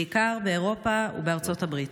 בעיקר באירופה ובארצות הברית.